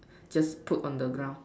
just put on the ground